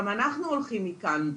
גם אנחנו הולכים מכאן.